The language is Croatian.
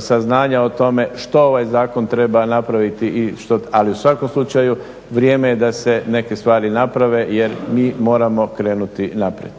saznanja o tome što ovaj zakon treba napraviti, ali u svakom slučaju vrijeme je da se neke stvari naprave jer mi moramo krenuti naprijed.